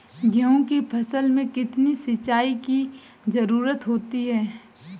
गेहूँ की फसल में कितनी सिंचाई की जरूरत होती है?